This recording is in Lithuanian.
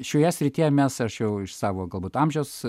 šioje srityje mes sš jau iš savo galbūt amžiaus